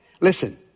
Listen